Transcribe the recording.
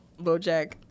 Bojack